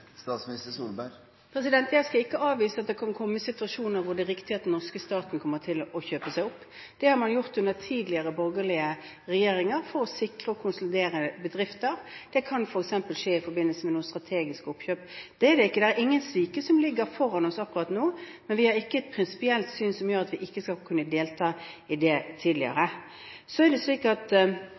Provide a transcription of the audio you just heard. Jeg skal ikke avvise at det kan komme situasjoner hvor det er riktig at den norske staten kommer til å kjøpe seg opp. Det har man gjort under tidligere borgerlige regjeringer for å sikre og konsolidere bedrifter. Det kan f.eks. skje i forbindelse med noen strategiske oppkjøp. Det er ingen slike som ligger foran oss akkurat nå, men vi har ikke et prinsipielt syn som gjør at vi ikke skal kunne delta i det. Så er det viktigste for fremtidsutfordringene i Norge at